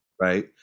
right